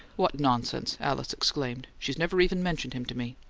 what nonsense! alice exclaimed. she's never even mentioned him to me.